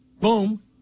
boom